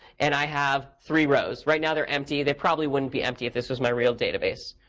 and i have three rows. right now, they're empty. they probably wouldn't be empty if this was my real database.